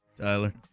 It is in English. Tyler